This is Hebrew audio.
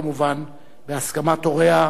כמובן בהסכמת הוריה,